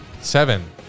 seven